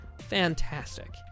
fantastic